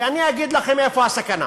ואני אגיד לכם איפה הסכנה